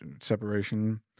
separation